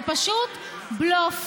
זה פשוט בלוף.